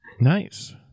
Nice